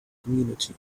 community